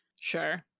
sure